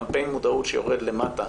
קמפיין מודעות שיורד למטה,